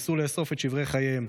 ניסו לאסוף את שברי חייהם,